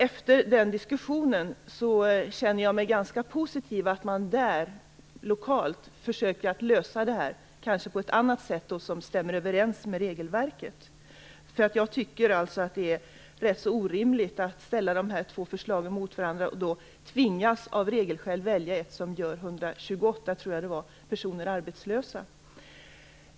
Efter den diskussionen känner jag mig ganska positiv till att man lokalt försöker lösa det här, kanske på ett annat sätt, som stämmer överens med regelverket. Jag tycker nämligen att det är rätt så orimligt att ställa de här två förslagen mot varandra, så att man av regelskäl tvingas att välja ett av dem, som gör 128 personer - tror jag att det var - arbetslösa.